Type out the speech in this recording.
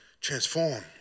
transform